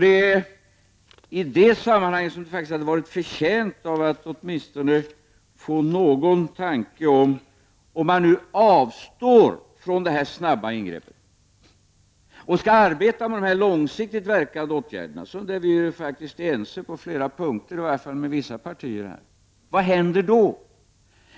Jag tycker mig i det sammanhanget ha varit förtjänt av att få någon tanke om vad som skulle hända om man avstår från detta snabba ingrepp och enbart skall arbeta med de långsiktigt verkande åtgärderna — där vi faktiskt är ense på flera punkter med i varje fall vissa partier. Vad händer då?